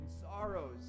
sorrows